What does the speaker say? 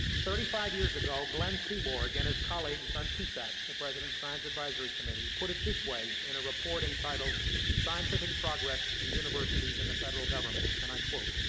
thirty five years ago, glenn seaborg and his colleagues on psac, the president's science advisory committee, put it this way, in a report entitled scientific progress, the universities and the federal government. and i quote,